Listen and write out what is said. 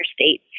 state